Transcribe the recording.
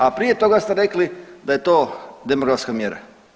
A prije toga ste rekli da je to demografska mjera.